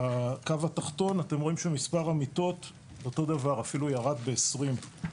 בקו התחתון אתם רואים שמספר המיטות אפילו ירד ב-20.